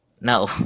No